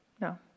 No